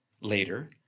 later